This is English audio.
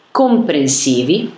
comprensivi